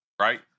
right